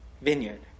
vineyard